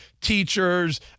teachers